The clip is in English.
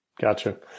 Gotcha